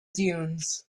dunes